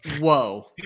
Whoa